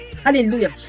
Hallelujah